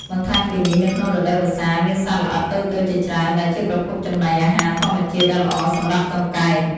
បន្ថែមពីនេះនៅក្នុងរដូវវស្សា មានសត្វល្អិតតូចៗជាច្រើន ដែលជាប្រភពចំណីអាហារធម្មជាតិដ៏ល្អសម្រាប់កង្កែប។